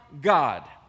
God